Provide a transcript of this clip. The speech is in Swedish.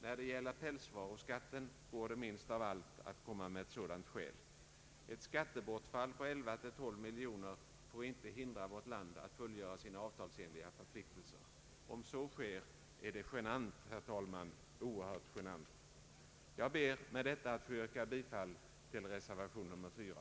När det gäller pälsvaruskatten går det minst av allt att komma med ett sådant skäl. Ett skattebortfall på 11—12 miljoner får inte hindra vårt land att fullgöra sina avtalsenliga förpliktelser. Om så sker är det genant, herr talman, oerhört genant. Med det anförda ber jag få yrka bifall till reservationen 4.